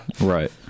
Right